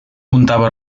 muntava